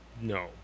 no